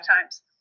times